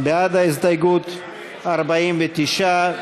בעד ההסתייגות, 49,